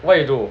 what you do